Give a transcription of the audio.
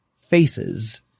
FACES